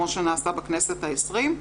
כמו שנעשה בכנסת ה-20,